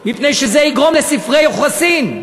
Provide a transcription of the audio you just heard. מפני שזה יגרום לספרי יוחסין".